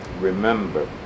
remember